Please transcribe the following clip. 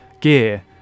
gear